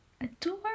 Adore